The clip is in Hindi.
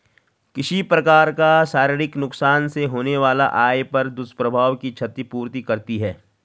किसी प्रकार का शारीरिक नुकसान से होने वाला आय पर दुष्प्रभाव की क्षति पूर्ति करती है